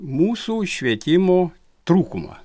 mūsų švietimo trūkumą